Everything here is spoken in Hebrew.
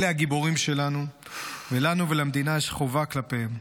אלה הגיבורים שלנו, ולנו ולמדינה יש חובה כלפיהם.